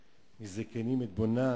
מוזס, איננו כאן.